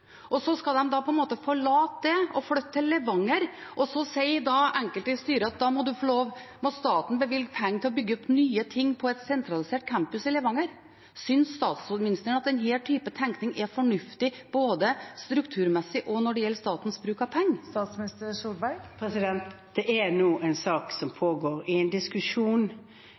og så skal de da, på en måte, forlate det og flytte til Levanger. Så sier enkelte i styret at da må staten bevilge penger til å bygge opp nye ting på en sentralisert campus i Levanger. Synes statsministeren at denne typen tenkning er fornuftig, både strukturmessig og når det gjelder statens bruk av penger? Det er nå en sak som pågår, en diskusjon hvor rektor har kommet med et forslag. Det er en diskusjon,